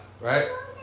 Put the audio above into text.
Right